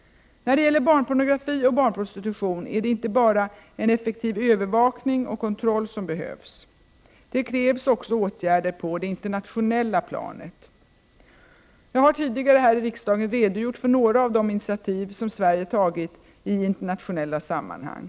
När det gäller barnpornografi och barnprostitution är det inte bara en effektiv övervakning och kontroll som behövs. Det behövs också åtgärder på det internationella planet. Jag har tidigare här i riksdagen redogjort för några av de initiativ som Sverige tagit i internationella sammanhang.